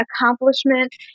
accomplishment